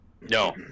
No